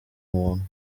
muntu